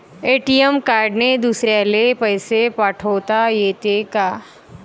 ATM कार्डने दुसऱ्याले पैसे पाठोता येते का?